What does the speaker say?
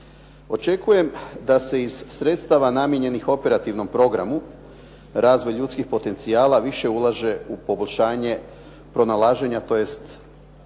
Očekujem da se iz sredstava namijenjenih operativnom programu razvoju ljudskih potencijala više ulaže u poboljšanje pronalaženja tj.